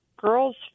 girls